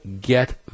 get